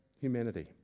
humanity